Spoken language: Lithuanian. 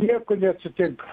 nieko neatsitinka